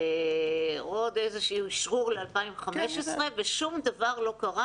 היה עוד אשרור ל-2015 ושום דבר לא קרה